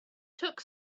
took